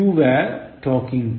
You were talking to Rajesh